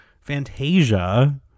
Fantasia